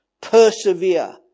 Persevere